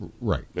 right